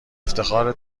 افتخار